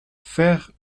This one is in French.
fère